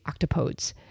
octopodes